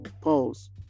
Pause